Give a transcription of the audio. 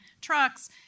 trucks